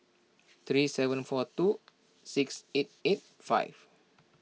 three seven four two six eight eight five